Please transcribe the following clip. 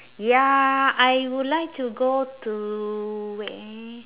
ya I would like to go to where